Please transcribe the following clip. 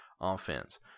offense